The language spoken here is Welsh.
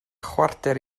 chwarter